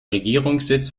regierungssitz